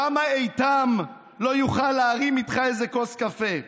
למה איתם לא יוכל להרים איתך איזה כוס קפה?